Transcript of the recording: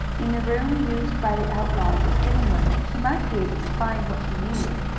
in the room used by the outlaw as a sitting-room he might be able to find what he needed.